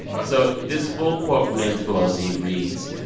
but so this full quote from nancy pelosi reads,